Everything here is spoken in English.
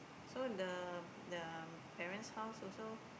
so the the parents' house also